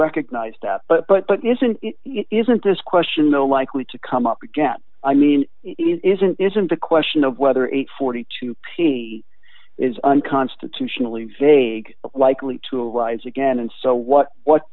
recognize that but but but isn't isn't this question though likely to come up again i mean isn't isn't the question of whether eight hundred and forty two penie is unconstitutionally vague likely to rise again and so what what